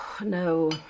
No